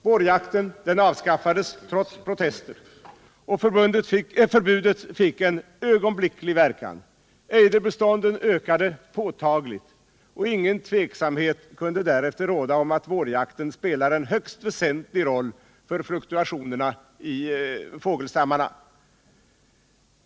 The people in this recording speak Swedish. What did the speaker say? Vårjakten avskaffades trots protester, och förbudet fick en ögonblicklig verkan. Ejderbestånden ökade påtagligt och inget tvivel kunde därefter råda om att vårjakten spelar en högst väsentlig roll för fluktuationerna i fågelstammarna.